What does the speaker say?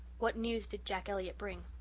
what news did jack elliott bring?